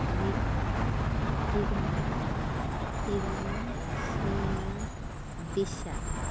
Surekha Kiran Iram Sunaina Disha